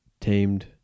tamed